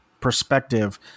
perspective